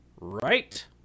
right